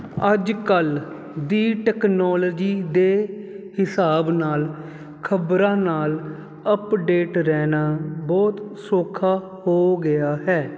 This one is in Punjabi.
ਅੱਜ ਕੱਲ ਦੀ ਟੈਕਨੋਲੋਜੀ ਦੇ ਹਿਸਾਬ ਨਾਲ ਖਬਰਾਂ ਨਾਲ ਅਪਡੇਟ ਰਹਿਣਾ ਬਹੁਤ ਸੌਖਾ ਹੋ ਗਿਆ ਹੈ